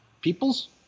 People's